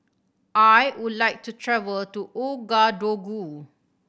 I would like to travel to Ouagadougou